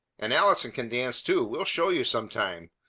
and allison can dance, too. we'll show you sometime.